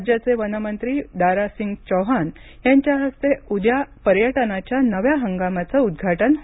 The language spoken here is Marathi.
राज्याचे वनमंत्री दारा सिंग चौहान यांच्या हस्ते उद्या पर्यटनाच्या नव्या हंगामाचं उद्वाटन होणार आहे